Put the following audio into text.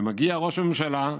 ומגיע ראש הממשלה,